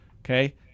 Okay